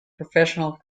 professional